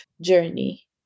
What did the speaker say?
journey